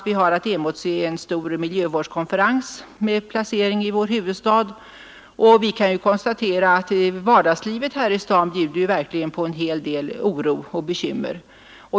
Vi har att emotse en stor miljövårdskonferens med placering i vår huvudstad, och vi kan konstatera att vardagslivet här i staden verkligen bjuder på en hel del oro och bekymmer.